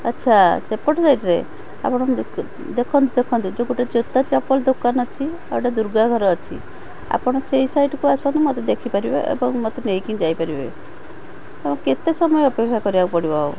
ଆଚ୍ଛା ସେପଟ ସାଇଟ୍ରେ ଆପଣ ଦେଖନ୍ତୁ ଦେଖନ୍ତୁ ଯୋଉପଟେ ଜୋତା ଚପଲ ଦୋକାନ ଅଛି ଆଉ ଗୋଟେ ଦୂର୍ଗା ଘର ଅଛି ଆପଣ ସେଇ ସାଇଟ୍ କୁ ଆସନ୍ତୁ ମୋତେ ଦେଖିପାରିବେ ଏବଂ ମୋତେ ନେଇକି ବି ଯାଇପାରିବେ ଆଉ କେତେ ସମୟ ଅପେକ୍ଷା କରିବାକୁ ପଡ଼ିବ ଆଉ